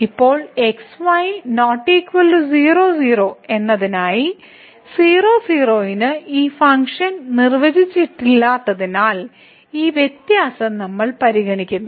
ഇപ്പോൾ x y 00 എന്നതിനായി 00 ന് ഈ ഫംഗ്ഷൻ നിർവചിച്ചിട്ടില്ലാത്തതിനാൽ ഈ വ്യത്യാസം നമ്മൾ പരിഗണിക്കുന്നു